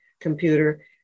computer